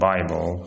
Bible